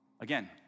Again